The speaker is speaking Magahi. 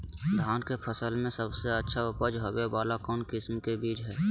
धान के फसल में सबसे अच्छा उपज होबे वाला कौन किस्म के बीज हय?